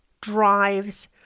drives